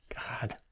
God